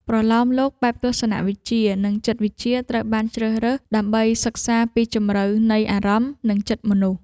ប្រលោមលោកបែបទស្សនវិជ្ជា និងចិត្តវិទ្យា ត្រូវបានជ្រើសរើសដើម្បីសិក្សាពីជម្រៅនៃអារម្មណ៍ និងចិត្តមនុស្ស។